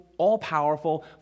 all-powerful